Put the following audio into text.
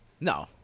No